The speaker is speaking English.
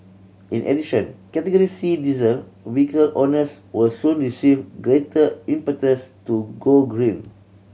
in addition Category C diesel vehicle owners will soon receive greater impetus to go green